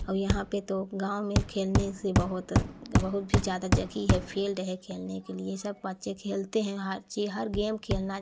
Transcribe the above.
और यहाँ पर तो गाँव में खेलने से बहुत बहुत भी ज़्यादा जगह है फील्ड है खेलने के लिए यह सब बच्चे खेलते हैं हर ची हर गेम खेलना